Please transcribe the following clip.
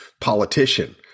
politician